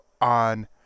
on